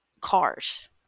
cars